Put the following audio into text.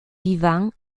vivant